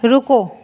रुको